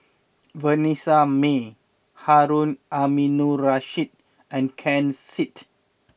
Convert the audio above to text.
Vanessa Mae Harun Aminurrashid and Ken Seet